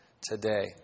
today